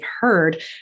heard